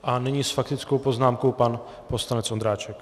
A nyní s faktickou poznámkou poslanec Ondráček.